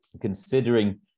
considering